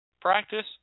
practice